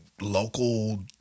local